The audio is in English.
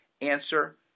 answer